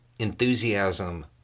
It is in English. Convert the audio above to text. Enthusiasm